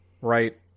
right